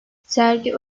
sergi